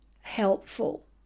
helpful